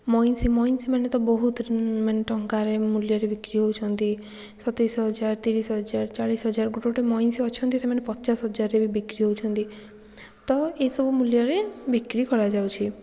ମଇଁଷି ମଇଁଷି ମାନେ ତ ବହୁତ ଟଙ୍କାରେ ମୂଲ୍ୟରେ ବିକ୍ରି ହେଉଛନ୍ତି ଗୋଟେ ଗୋଟେ ମଇଁଷି ଅଛନ୍ତି ସତେଇଶ ହଜାର ତିରିଶ ହଜାର ଚାଳିଶ ହଜାର ଗୋଟେ ଗୋଟେ ମଇଁଷି ଅଛନ୍ତି ସେମାନେ ପଚାଶ ହଜାରରେ ବି ବିକ୍ରି ହେଉଛନ୍ତି ତ ଏଇସବୁ ମୂଲ୍ୟରେ ବିକ୍ରି କରାଯାଉଛି